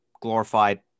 glorified